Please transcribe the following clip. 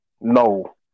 No